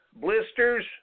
Blisters